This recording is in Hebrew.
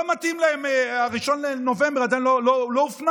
לא מתאים להם, 1 בנובמבר עדיין לא הופנם.